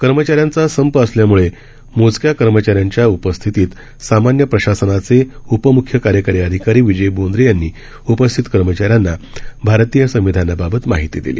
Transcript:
कर्मचाऱ्यांचा संप असल्यामुळे मोजक्या कर्मचाऱ्यांच्या उपस्थितीत सामान्य प्रशासनाचे उप मुख्य कार्यकारी अधिकारी विजय बोंद्रे यांनी उपस्थित कर्मचाऱ्यांना भारतीय संविधानाबाबत माहिती दिली